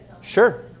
Sure